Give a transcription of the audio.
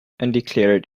undeclared